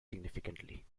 significantly